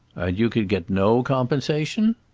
you could get no compensation?